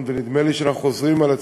ונדמה לי שאנחנו חוזרים על דברינו.